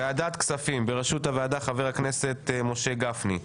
ועדת כספים בראשות הוועדה חבר הכנסת משה גפני,